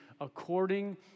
according